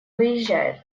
выезжает